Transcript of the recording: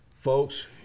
Folks